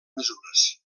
mesures